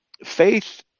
faith